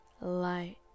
light